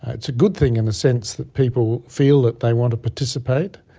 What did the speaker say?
it's a good thing in the sense that people feel that they want to participate,